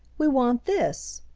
we want this,